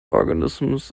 organisms